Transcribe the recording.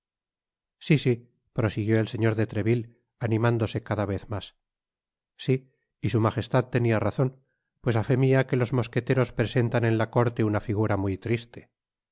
si si prosiguió el señor de treville animándose cada vez mas si y su magestad tenia razon pues á fe mia que los mosqueteros presentan en la corte una figura muy triste